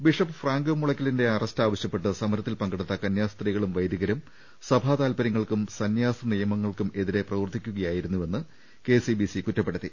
bishop Franco മുളക്കലിന്റെ arrest ആവശ്യപ്പെട്ട് സമരത്തിൽ പങ്കെടുത്ത കന്യാസ്ത്രീകളും വൈദികരും സഭാ താൽപര്യങ്ങൾക്കും സന്റാസ നിയമങ്ങൾക്കും എതിരെ പ്രവർത്തിക്കുകയായിരുന്നുവെന്ന് കെസിബിസി കുറ്റപ്പെടുത്തി